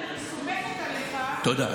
שיביא, אני רוצה להגיד לך שאני סומכת עליך, תודה.